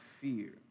fear